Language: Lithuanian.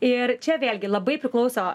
ir čia vėlgi labai priklauso nes